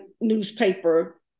newspaper